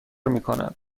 میکند